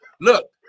Look